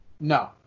No